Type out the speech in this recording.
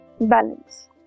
balance